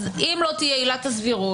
אם לא תהיה עילת הסבירות,